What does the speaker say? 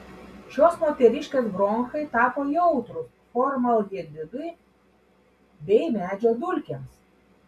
šios moteriškės bronchai tapo jautrūs formaldehidui bei medžio dulkėms